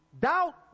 Doubt